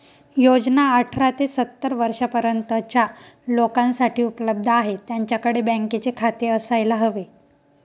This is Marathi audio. योजना अठरा ते सत्तर वर्षा पर्यंतच्या लोकांसाठी उपलब्ध आहे, त्यांच्याकडे बँकेचे खाते असायला हवे